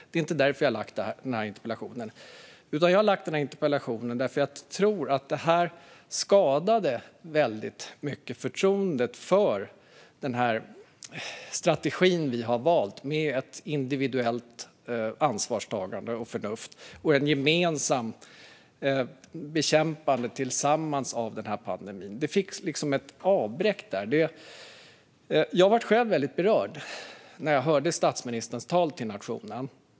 Det är inte därför jag har ställt den här interpellationen, utan jag har ställt den därför att jag tror att avslöjandena väldigt mycket skadade förtroendet för den strategi som vi har valt med ett individuellt ansvarstagande, förnuft och ett gemensamt bekämpande av pandemin. Det fick liksom ett avbräck. Jag blev själv väldigt berörd när jag hörde statsministerns tal till nationen.